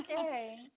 okay